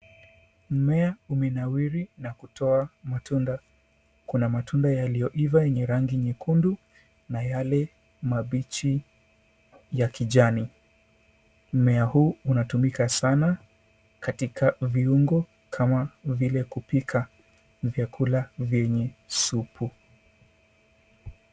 Mmea umenawiri na kutoa matunda. Kuna matunda yaliyoiva enye rangi nyekundu na yale mabichi ya kijani. Mmea huu unatumika sana katika viungo kama vile kupika vyakula vyenye supu.